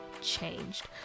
changed